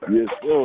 Yes